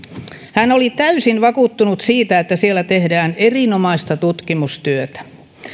hän oli täysin vakuuttunut siitä että siellä tehdään erinomaista tutkimustyötä